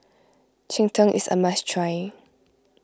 Cheng Tng is a must try